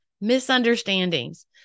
misunderstandings